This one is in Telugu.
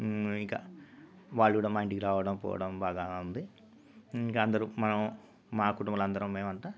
ఇంకా వాళ్ళు కూడా మా ఇంటికి రావడం పోవడం బాగా ఉంది ఇంకా అందరూ మనం మా కుటుంబంలో అందరం మేమంతా